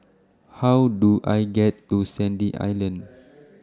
How Do I get to Sandy Island